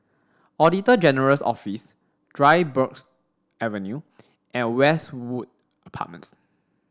Auditor General's Office Dryburgh Avenue and Westwood Apartments